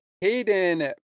Hayden